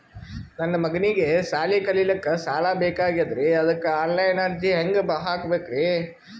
ನನ್ನ ಮಗನಿಗಿ ಸಾಲಿ ಕಲಿಲಕ್ಕ ಸಾಲ ಬೇಕಾಗ್ಯದ್ರಿ ಅದಕ್ಕ ಆನ್ ಲೈನ್ ಅರ್ಜಿ ಹೆಂಗ ಹಾಕಬೇಕ್ರಿ?